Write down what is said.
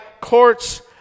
courts